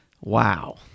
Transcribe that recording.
Wow